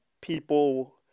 people